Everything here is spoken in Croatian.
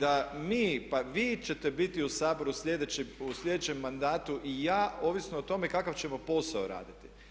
da mi, pa vi ćete biti u Saboru u slijedećem mandatu i ja, ovisno o tome kakav ćemo posao raditi.